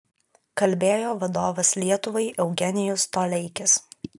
kalbėjo vadovas lietuvai eugenijus toleikis